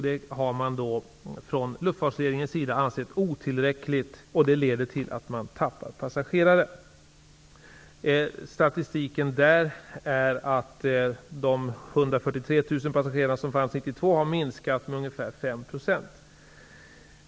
Detta har luftfartsledningen ansett otillräckligt och det leder till att man tappar passagerare. Statistiken är att de Herr talman!